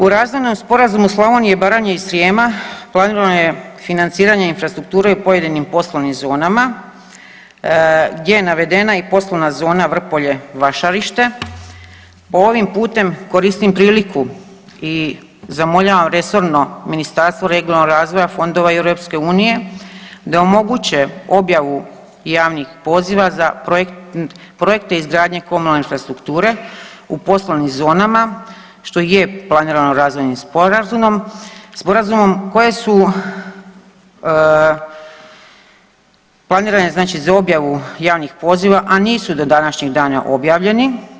U razvojnom sporazumu Slavonije i Baranje i Srijema planirano je financiranje infrastrukture u pojedinim poslovnim zonama, gdje je navedena i poslovna zona Vrpolje – Vašarište, pa ovim putem koristim priliku i zamoljavam resorno Ministarstvo regionalnog razvoja, fondova EU da omoguće objavu javnih poziva za projekte izgradnje komunalne infrastrukture u poslovnim zonama što je planiramo razvojnim sporazumom koje su planirane, znači za objavu javnih poziva a nisu do današnjeg dana objavljeni.